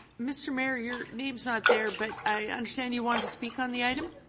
mr. mayor your name is not there, but i understand you wanted to speak on the item.